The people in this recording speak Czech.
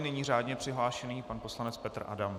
Nyní řádně přihlášený pan poslanec Petr Adam.